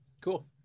cool